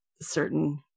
certain